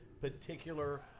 particular